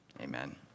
Amen